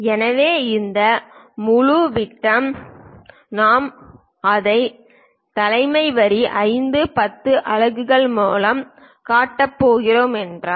எனவே இந்த முழு விட்டம் நாம் அதை தலைவர் வரி 5 10 அலகுகள் மூலம் காட்டப் போகிறோம் என்றால்